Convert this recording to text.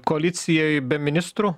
koalicijoj be ministrų